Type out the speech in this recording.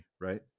right